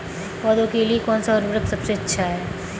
पौधों के लिए कौन सा उर्वरक सबसे अच्छा है?